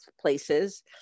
places